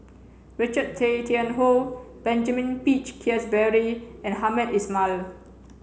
Richard Tay Tian Hoe Benjamin Peach Keasberry and Hamed Ismail